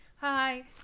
hi